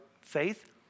faith